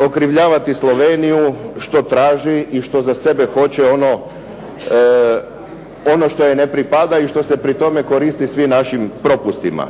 okrivljivati Sloveniju što traži i što za sebe hoće ono što joj ne pripada i što se pri tome koristi svim našim propustima.